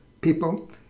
people